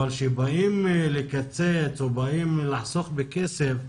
אבל כשבאים לקצץ או לחסוך בכסף,